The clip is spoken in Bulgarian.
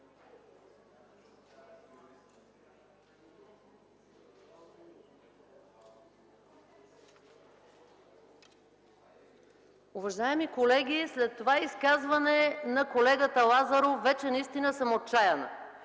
Уважаеми колеги, след това изказване на колегата Лазаров вече наистина съм отчаяна.